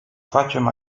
facem